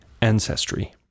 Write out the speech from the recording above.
ancestry